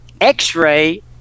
x-ray